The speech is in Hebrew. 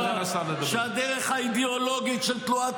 --- שהדרך האידיאולוגית של תנועת